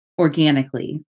organically